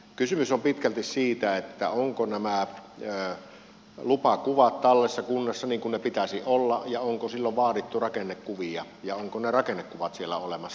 kysymys on pitkälti siitä ovatko nämä lupakuvat tallessa kunnassa niin kuin niiden pitäisi olla ja onko silloin vaadittu rakennekuvia ja ovatko ne rakennekuvat siellä olemassa